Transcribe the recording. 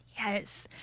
Yes